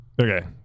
Okay